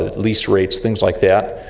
ah lease rates, things like that.